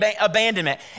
abandonment